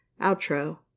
Outro